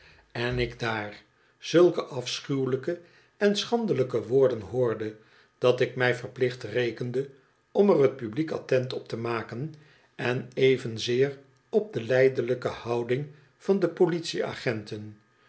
en ik daar zulke afschuwelijke en schandelijke woorden hoorde dat ik mij verplicht rekende om er hot publiek attent op te maken en evenzeer op de lijdelijke houding van de politieagenten